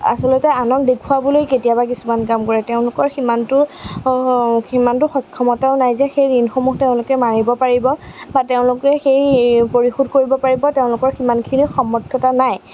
আচলতে আনক দেখুৱাবলৈ কেতিয়াবা কিছুমান কাম কৰে তেওঁলোকৰ সিমানতো সিমানতো সক্ষমতাও নাই যে সেই ঋণসমূহ তেওঁলোকে মাৰিব পাৰিব বা তেওঁলোকে সেই পৰিশোধ কৰিব পাৰিব তেওঁলোকৰ সিমানখিনি সামৰ্থ্যতা নাই